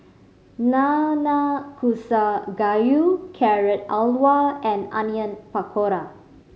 Nanakusa Gayu Carrot Halwa and Onion Pakora